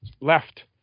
left